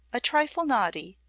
a trifle naughty,